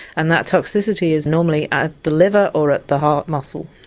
and that toxicity is normally at the liver or at the heart muscle.